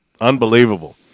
unbelievable